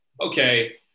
okay